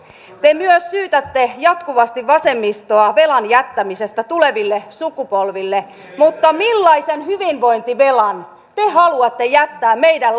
te myös syytätte jatkuvasti vasemmistoa velan jättämisestä tuleville sukupolville mutta millaisen hyvinvointivelan te haluatte jättää meidän